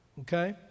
Okay